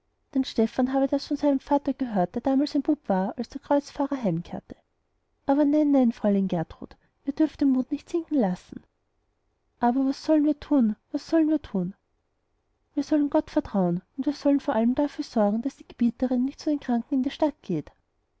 denn stephan hatte das von seinem vater gehört der damals ein bub war als der kreuzfahrer heimkehrte nein nein fräulein gertrud ihr dürft den mut nicht sinken lassen aber was sollen wir tun was sollen wir tun wir sollen gott vertrauen und wir sollen vor allem dafür sorgen daß die gebieterin nicht zu den kranken in die stadt geht